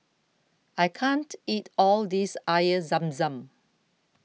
I can't eat all this Air Zam Zam